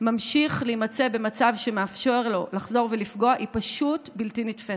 ממשיך להימצא במצב שמאפשר לו לחזור ולפגוע היא פשוט בלתי נתפסת.